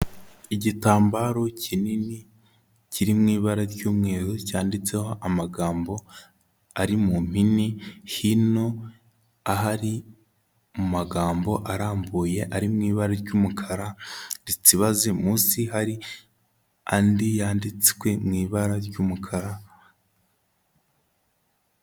Igitambaro kinini kiri mu ibara ry'umweru cyanditseho amagambo ari mu mpine, hino ahari mu magambo arambuye ari mu ibara ry'umukara ritsibaze, munsi hari andi yanditswe mu ibara ry'umukara.